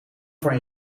van